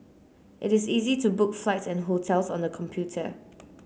it is easy to book flights and hotels on the computer